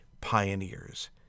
pioneers